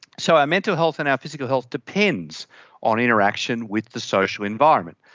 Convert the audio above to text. so our mental health and our physical health depends on interaction with the social environment.